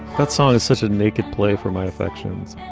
that song. is such a naked play for my affections,